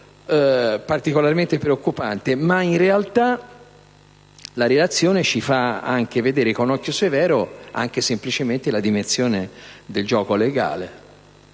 particolarmente preoccupante. In realtà, però, la relazione ci fa vedere con occhio severo anche semplicemente la dimensione del gioco legale.